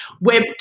web